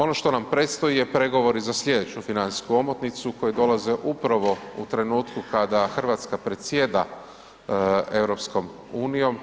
Ono što nam predstoji je pregovori za sljedeću financijsku omotnicu koji dolaze upravo u trenutku kada Hrvatska predsjeda EU.